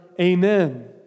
Amen